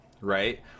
right